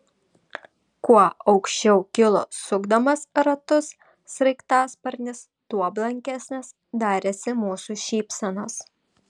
kuo aukščiau kilo sukdamas ratus sraigtasparnis tuo blankesnės darėsi mūsų šypsenos